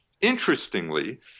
interestingly